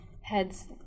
heads